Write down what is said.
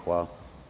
Hvala.